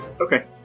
Okay